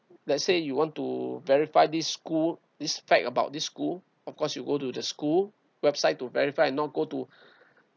let's say you want to verify this school is fact about this school of course you go to the school website to verify not go to